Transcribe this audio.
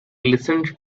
listened